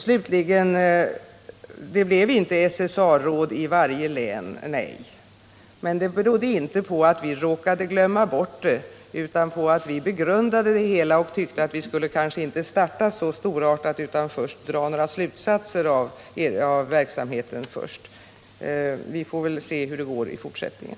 Slutligen: Det blev inte ett SSA-råd i varje län, men det berodde inte på att vi råkade glömma bort det utan på att vi begrundade det hela och tyckte att vi kanske inte skulle starta så storartat utan att först dra några slutsatser av verksamheten. Vi får väl se hur det går i fortsättningen.